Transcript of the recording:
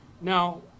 Now